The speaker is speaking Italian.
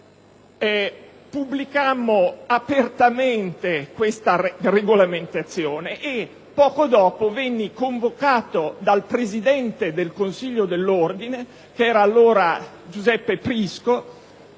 Pubblicammo apertamente questa regolamentazione e poco dopo venni convocato dal presidente del consiglio dell'ordine, che era allora Giuseppe Prisco,